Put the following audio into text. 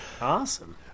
Awesome